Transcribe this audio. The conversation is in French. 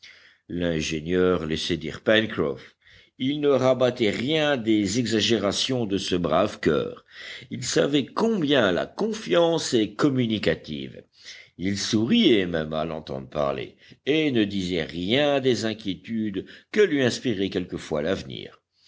l'ingénieur laissait dire pencroff il ne rabattait rien des exagérations de ce brave coeur il savait combien la confiance est communicative il souriait même à l'entendre parler et ne disait rien des inquiétudes que lui inspirait quelquefois l'avenir